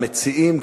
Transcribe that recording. המציעים,